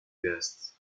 guests